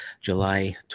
July